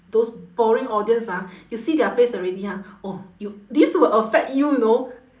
those boring audience ah you see their face already ha orh you this will affect you you know